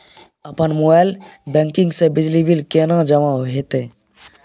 अपन mobile banking से बिजली बिल केने जमा हेते?